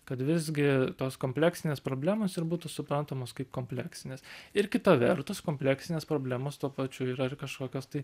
kad visgi tos kompleksinės problemos ir būtų suprantamos kaip kompleksinės ir kita vertus kompleksinės problemos tuo pačiu yra ir kažkokios tai